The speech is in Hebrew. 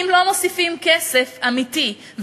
אם לא מוסיפים כסף אמיתי,